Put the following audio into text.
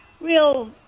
real